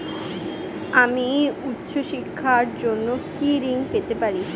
আমি উচ্চশিক্ষার জন্য কি ঋণ পেতে পারি?